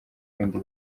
bindi